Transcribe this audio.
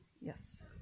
Yes